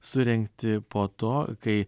surengti po to kai